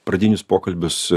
pradinius pokalbius